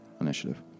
initiative